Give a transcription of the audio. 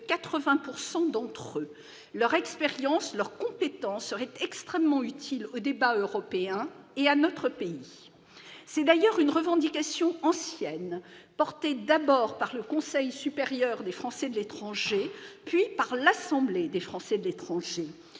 80 % d'entre eux. Leur expérience, leurs compétences seraient extrêmement utiles au débat européen et à notre pays. C'est d'ailleurs une revendication ancienne, portée d'abord par le Conseil supérieur des Français de l'étranger, puis par l'Assemblée des Français de l'étranger.